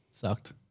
sucked